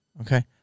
okay